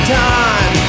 time